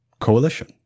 coalition